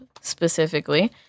specifically